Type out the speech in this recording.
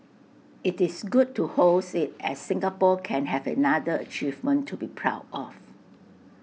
IT is good to host IT as Singapore can have another achievement to be proud of